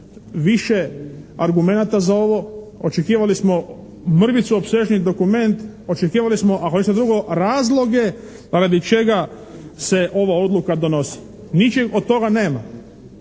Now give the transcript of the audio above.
više argumenata za ovo. Očekivali smo mrvicu opsežniji dokument. Očekivali smo ako ništa drugo razloge radi čega se ova odluka donosi. Ničeg od toga nema.